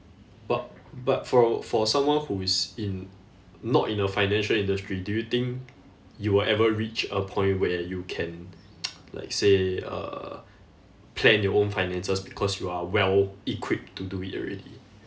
but but fro~ for someone who is in not in a financial industry do you think you will ever reach a point where you can like say uh plan your own finances because you are well equipped to do it already